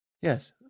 Yes